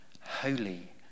holy